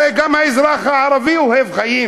הרי גם האזרח הערבי אוהב חיים.